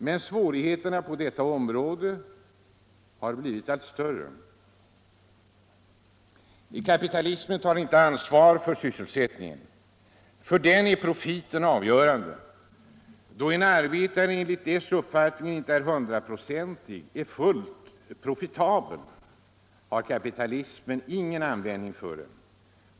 Men svårigheterna har blivit allt större på detta område. ” Kapitalismen tar inte ansvar för sysselsättningen. För den är profiten avgörande. Då en arbetare enligt dess uppfattning inte är hundraprocentig —- fullt profitabel — har kapitalismen inte längre någon användning för honom.